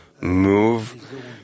move